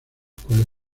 cuales